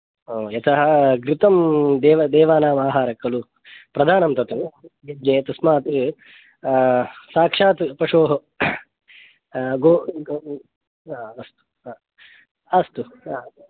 ओ यतः घृतं देवानाम् आहारः खलु प्रधानं तत् तस्मात् साक्षात् पशोः गो हा अस्तु हा अस्तु हा